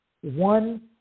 one